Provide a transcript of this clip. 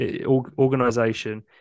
organization